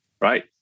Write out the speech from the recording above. right